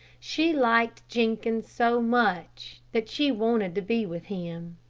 she liked jenkins so much, that she wanted to be with him.